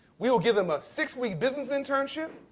we will give them a six-week business internship.